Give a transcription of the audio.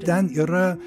ten yra